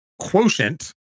quotient